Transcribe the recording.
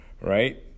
right